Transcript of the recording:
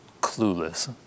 clueless